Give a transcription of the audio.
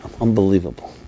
Unbelievable